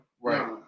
Right